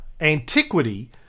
antiquity